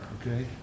okay